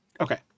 Okay